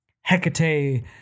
Hecate